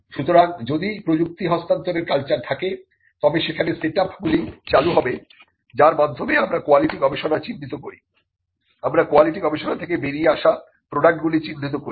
সুতরাং যদি প্রযুক্তি হস্তান্তরের কালচার থাকে তবে সেখানে সেট আপগুলি চালু হবে যার মাধ্যমে আমরা কোয়ালিটি গবেষণা চিহ্নিত করি আমরা কোয়ালিটি গবেষণা থেকে বেরিয়ে আসা প্রডাক্ট গুলি চিহ্নিত করি